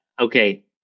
Okay